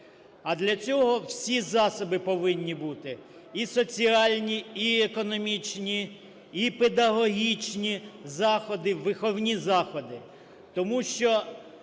а для цього всі засоби повинні бути: і соціальні, і економічні, і педагогічні заходи, виховні заходи.